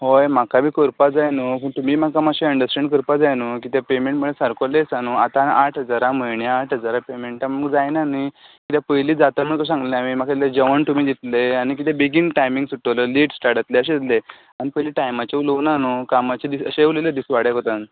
होय म्हाका बी करपा जाय न्हू तुमी म्हाका मातशें अण्डर्सेण्ड जावपाक जाय न्हू कित्या पेमॅण्ट म्हळ्यार सामको लॅस हा न्हू आतां आठ हजारा म्हयन्या आठ हजारा पेमॅण्टा आमकां जायना न्ही कित्या पयलीं जातालें म्हण कशें सांगिल्लें हांवें म्हाका इल्लें जेवण तुमी दितले आनी कितें बेगीन टायमींग सुट्टलो लॅट स्टार्ट जातले अशें आसले आमी पयलीं टायमाचें उलोवना न्हू कामाचे अशें उलयिल्लें दिसवाडे कोतान